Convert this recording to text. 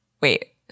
wait